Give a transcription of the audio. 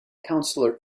councillor